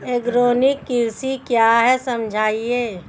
Organic कृषि क्या है समझाइए?